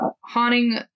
haunting